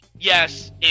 Yes